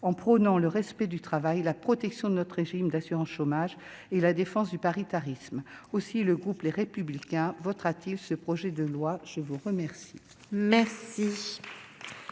en prônant le respect du travail, la protection de notre régime d'assurance chômage et la défense du paritarisme aussi le groupe Les Républicains votera-t-il ce projet de loi, je vous remercie. Merci